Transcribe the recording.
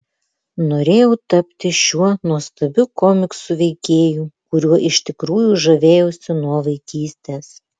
norėjau tapti šiuo nuostabiu komiksų veikėju kuriuo iš tikrųjų žavėjausi nuo vaikystės